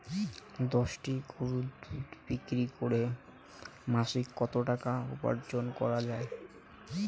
দশটি গরুর দুধ বিক্রি করে মাসিক কত টাকা উপার্জন করা য়ায়?